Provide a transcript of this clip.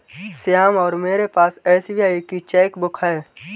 श्याम और मेरे पास एस.बी.आई की चैक बुक है